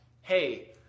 hey